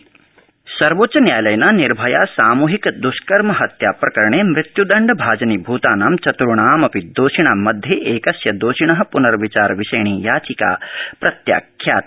सर्वोच्चन्यायालयः निर्भया सर्वोच्चन्यायालयेन निर्भया सामृहिक दष्कर्म हत्या प्रकरणे मृत्युदण्ड भाजनीभृतानां चतृणां दोषिणां मध्ये एकस्य दोषिणः प्नर्विचारविषयिणी याचिका प्रत्याख्याता